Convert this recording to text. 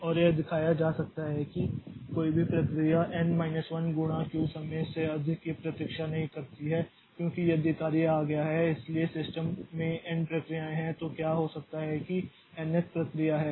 और यह दिखाया जा सकता है कि कोई भी प्रक्रिया एन माइनस 1 गुणा क्यू समय से अधिक की प्रतीक्षा नहीं करती है क्योंकि यदि कार्य आ गया है इसलिए सिस्टम में एन प्रक्रियाएं हैं तो क्या हो सकता है कि यह एनth प्रक्रिया है